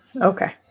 Okay